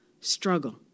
struggle